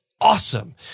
awesome